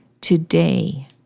today